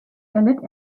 erlitt